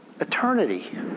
eternity